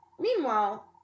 meanwhile